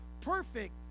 perfect